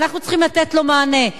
ואנחנו צריכים לתת לו מענה.